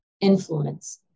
Influence